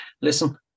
listen